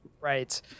Right